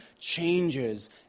changes